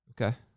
Okay